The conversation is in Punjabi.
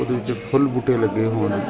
ਉਹਦੇ ਵਿੱਚ ਫੁੱਲ ਬੂਟੇ ਲੱਗੇ ਹੋਣ